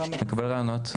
יקבל רעיונות.